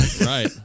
Right